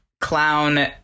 clown